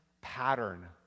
pattern